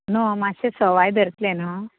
न्हय मातशें सवाय धरत्ले न्हय